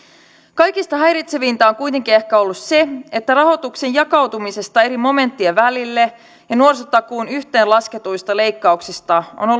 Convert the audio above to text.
kaikista häiritsevintä on kuitenkin ehkä ollut se että rahoituksen jakautumisesta eri momenttien välille ja nuorisotakuun yhteenlasketuista leikkauksista on on